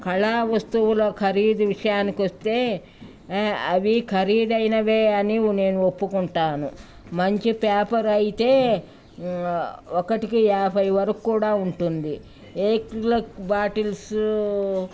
కళా వస్తువుల ఖరీదు విషయానికొస్తే అవి ఖరీదైనవే అని నేను ఒప్పుకుంటాను మంచి పేపర్ అయితే ఒకటికి యాభై వరకు కూడా ఉంటుంది అక్రిలిక్ బాటిల్సు